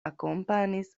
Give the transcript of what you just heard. akompanis